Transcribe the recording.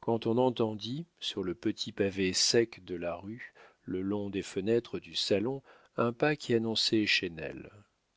quand on entendit sur le petit pavé sec de la rue le long des fenêtres du salon un pas qui annonçait